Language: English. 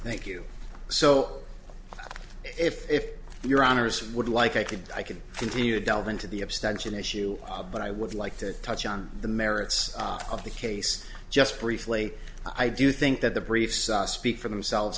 thank you so if your honour's would like i could i could continue to delve into the abstention issue but i would like to touch on the merits of the case just briefly i do think that the briefs speak for themselves